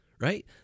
right